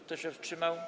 Kto się wstrzymał?